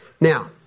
Now